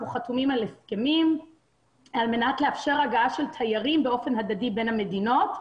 חתומים על הסכמים על מנת לאפשר הגעה של תיירים באופן הדדי בין המדינות.